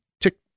tick